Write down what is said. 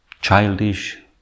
childish